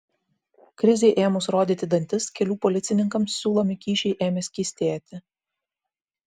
krizei ėmus rodyti dantis kelių policininkams siūlomi kyšiai ėmė skystėti